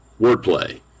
wordplay